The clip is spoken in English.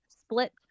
split